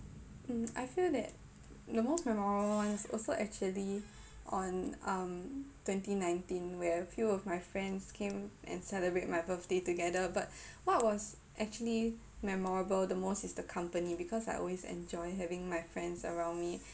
mm I feel that the most memorable ones also actually on um twenty nineteen where a few of my friends came and celebrate my birthday together but what was actually memorable the most is the company because I always enjoy having my friends around me